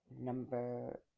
Number